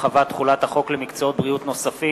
(הרחבת תחולת החוק למקצועות בריאות נוספים),